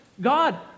God